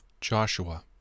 Joshua